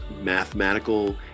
mathematical